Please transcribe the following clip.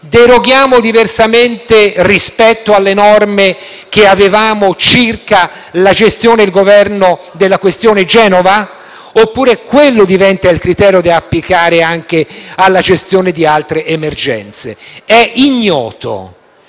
Deroghiamo diversamente rispetto alle norme che avevamo circa la gestione e il governo della questione Genova? Oppure quello diventa il criterio da applicare anche alla gestione di altre emergenze? È ignoto.